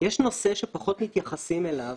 יש נושא שפחות מתייחסים אליו,